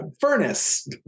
furnace